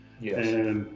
Yes